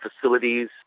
facilities